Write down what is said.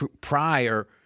prior